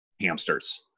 hamsters